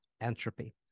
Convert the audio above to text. entropy